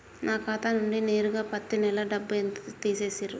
నా ఖాతా నుండి నేరుగా పత్తి నెల డబ్బు ఎంత తీసేశిర్రు?